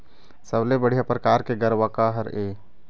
सबले बढ़िया परकार के गरवा का हर ये?